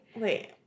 Wait